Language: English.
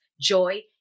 joy